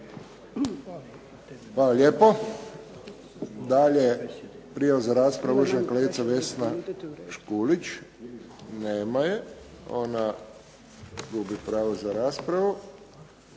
Hvala lijepo. Dalje prijava za raspravu uvažena kolegica Vesna Škulić. Nema je. Ona gubi pravo za raspravu.